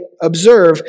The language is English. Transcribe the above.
observe